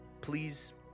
Please